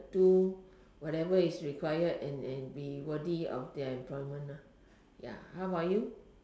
do whatever is required and and be worthy of that employment ya how about you